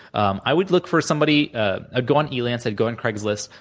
um i would look for somebody ah i'd go on e-lance. i'd go on craigslist.